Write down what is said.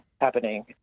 happening